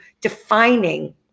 defining